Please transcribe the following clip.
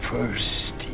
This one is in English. First